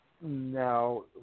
now